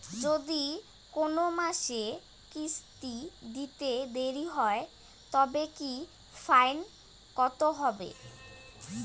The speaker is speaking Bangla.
যদি কোন মাসে কিস্তি দিতে দেরি হয় তবে কি ফাইন কতহবে?